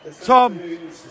Tom